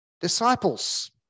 disciples